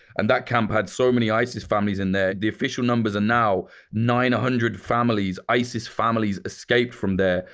and that camp had so many isis families in there. the official numbers are now nine a hundred families, isis families escaped from there.